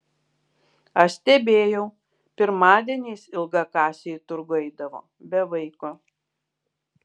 aš stebėjau pirmadieniais ilgakasė į turgų eidavo be vaiko